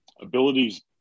abilities